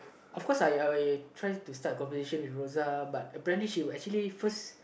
of course I I try to start conversation with Rosa but apparently she will actually first